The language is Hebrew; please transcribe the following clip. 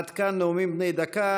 עד כאן נאומים בני דקה.